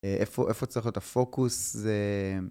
איפה צריך להיות הפוקוס זה...